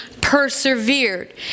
persevered